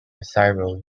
cyril